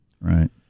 Right